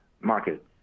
market